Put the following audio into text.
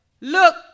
look